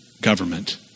government